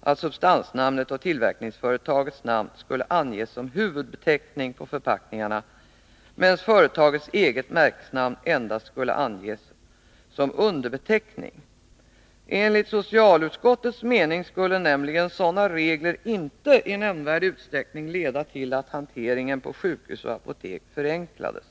att substansnamnet och tillverkningsföretagets namn skulle anges som huvudbeteckning på förpackningarna medan företagets eget märkesnamn endast skulle anges som underbeteckning. Enligt socialutskottets mening skulle nämligen sådana regler inte i nämnvärd utsträckning leda till att hanteringen på sjukhus och apotek förenklades.